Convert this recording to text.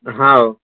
हो